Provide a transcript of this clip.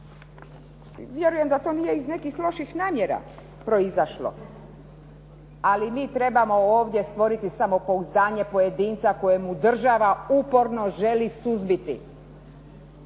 Vjerujem da to nije iz nekih loših namjera proizašlo. Ali mi trebamo ovdje stvoriti samopouzdanje pojedinca kojemu država uporno želi suzbiti.